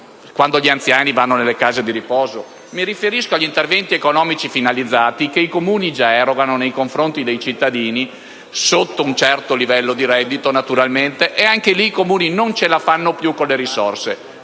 degli anziani nelle case di riposo. Mi riferisco inoltre agli interventi economici finalizzati che i Comuni già erogano nei confronti dei cittadini al di sotto di un certo livello di reddito, naturalmente: anche in quel caso i Comuni non ce la fanno più con le risorse.